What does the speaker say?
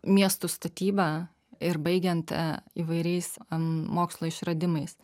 miestų statyba ir baigiant įvairiais mokslo išradimais